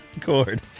cord